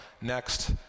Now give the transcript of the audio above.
Next